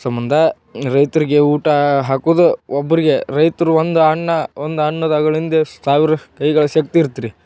ಸಂಬಂಧ ರೈತರಿಗೆ ಊಟ ಹಾಕೋದು ಒಬ್ಬರಿಗೆ ರೈತರು ಒಂದು ಅನ್ನ ಒಂದು ಅನ್ನದ ಅಗಳಿಂದೆ ಸಾವಿರ ಕೈಗಳ ಶಕ್ತಿ ಇರತ್ರಿ